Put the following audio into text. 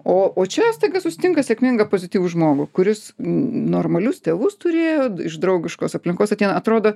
o o čia staiga susitinka sėkmingą pozityvų žmogų kuris n normalius tėvus turėjo iš draugiškos aplinkos ateina atrodo